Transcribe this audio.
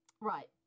Right